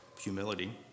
humility